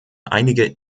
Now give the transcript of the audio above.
einige